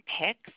picks